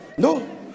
No